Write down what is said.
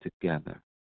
together